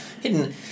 Hidden